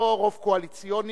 לא רוב קואליציוני,